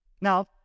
Now